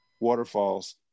waterfalls